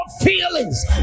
feelings